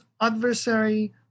adversary